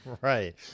Right